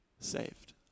saved